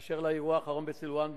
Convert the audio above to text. אשר לאירוע האחרון בסילואן,